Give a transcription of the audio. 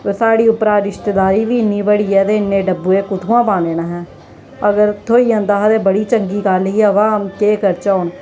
साढ़ी उप्परा रिश्तेदारी बी इन्नी बड़ी ऐ ते इन्ने डब्बे कुत्थुआं पाने न असें अगर थ्होई जंदा हा ते बड़ी चंगी गल्ल ही अवा केह् करचै हून